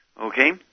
Okay